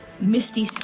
Misty